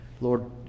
Lord